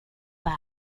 par